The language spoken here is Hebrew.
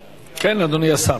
כן, אדוני השר.